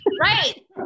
right